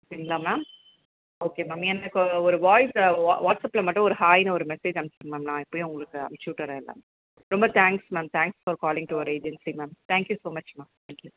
சரிங்களா ma'am okay ma'am எனக்கு ஒரு வாய்ஸ்ஸு வா வாட்ஸ்அப்பில் மட்டும் ஒரு ஹாய்ன்னு ஒரு மெஸேஜ் அனுப்பிச்சிருங்க மேம் நான் இப்பயே உங்களுக்கு அனுப்பிச்சி விட்டுர்றேன் எல்லாமே ரொம்ப thanks ma'am thanks for calling to our agency ma'am thank you so much ma'am thank you